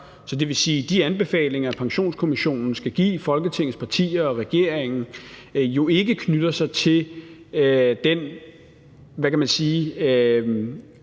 Så det vil sige, at de anbefalinger, Pensionskommissionen skal give Folketingets partier og regeringen, jo ikke knytter sig til den, hvad kan man sige,